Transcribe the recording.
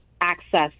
access